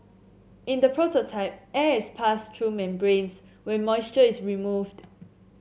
in the prototype air is passed through membranes where moisture is removed